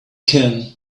can